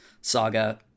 Saga